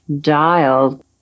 dialed